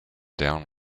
down